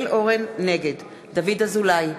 נגד דוד אזולאי,